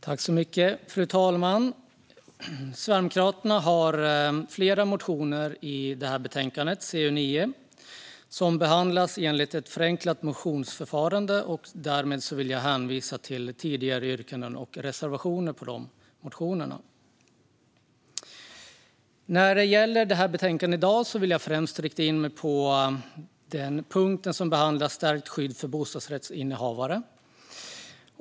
Fru talman! I detta betänkande har Sverigedemokraterna flera motioner som behandlas enligt ett förenklat motionsförfarande. Jag hänvisar därför till tidigare yrkanden och reservationer på dessa motioner. I dagens betänkande vill jag främst rikta in mig på den punkt som behandlar stärkt skydd för bostadsrättsinnehavare.